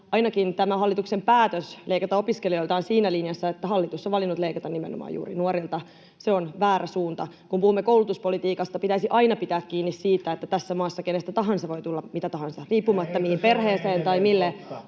Ainakin tämä hallituksen päätös leikata opiskelijoilta on siinä linjassa, että hallitus on valinnut leikata nimenomaan juuri nuorilta. Se on väärä suunta. Kun puhumme koulutuspolitiikasta, pitäisi aina pitää kiinni siitä, että tässä maassa kenestä tahansa voi tulla mitä tahansa [Ben Zyskowicz: Ja eikö se ole